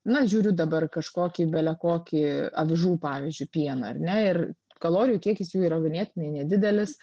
na žiūriu dabar kažkokį belekokį avižų pavyzdžiui pieną ar ne ir kalorijų kiekis jų yra ganėtinai nedidelis